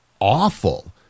awful